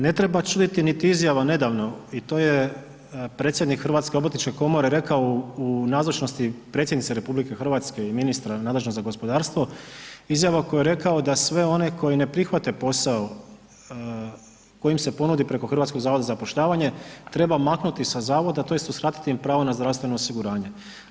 Ne treba čuditi niti izjava nedavno i to je predsjednik Hrvatske obrtničke komore rekao u nazočnosti Predsjednice Republike Hrvatske i ministra nadležnog za gospodarstvo, izjava u kojoj je rekao da sve one koji ne prihvati posao koji im se ponudi preko Hrvatskog zavoda za zapošljavanje treba maknuti sa zavoda tj. uskratiti im pravo na zdravstveno osiguranje.